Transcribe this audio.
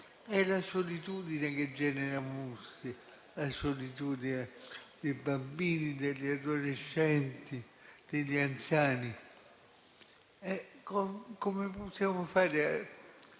È la solitudine che genera mostri, la solitudine dei bambini, degli adolescenti, degli anziani. Come possiamo fare